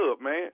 man